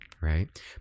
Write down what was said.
Right